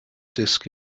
disk